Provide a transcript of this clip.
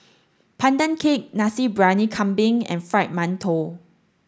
pandan cake Nasi Briyani Kambing and fried Mantou